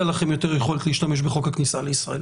לכם יותר יכולת להשתמש בחוק הכניסה לישראל.